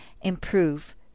improve